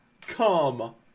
Come